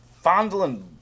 fondling